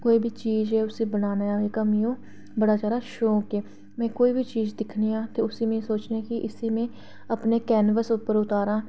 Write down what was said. जो बी चीज ऐ उसी बनाने दा कम्म ओ बड़ा शौक ऐ में कोई बी चीज दिक्खनी आं ते उसी में सोचनी आं कि इसी में अपने कैनवस उप्पर तुआरां